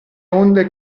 onde